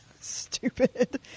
Stupid